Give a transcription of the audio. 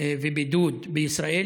ובידוד בישראל,